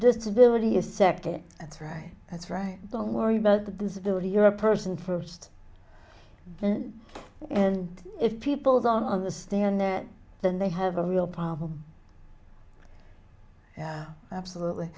disability is second that's right that's right don't worry about the disability you're a person first and if people don't understand then than they have a real problem absolutely